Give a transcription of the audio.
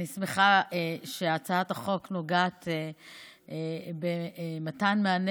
אני שמחה שהצעת החוק נוגעת במתן מענה